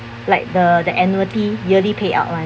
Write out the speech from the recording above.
like the the annuity yearly payout [one]